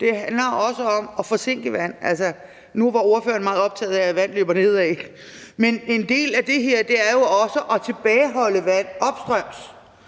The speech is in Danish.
Det handler også om at forsinke vand. Altså, nu var ordføreren meget optaget af, at vand løber nedad. Men en del af det her er jo også at tilbageholde vand opstrøms,